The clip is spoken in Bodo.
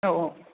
औ औ